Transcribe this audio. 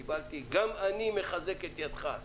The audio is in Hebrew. קיבלתי הודעות: "גם אני מחזק את ידך".